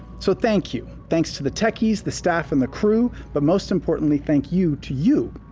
so thank you. thanks to the techies, the staff, and the crew, but most importantly, thank you to you.